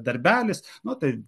darbelis nu tai